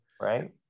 right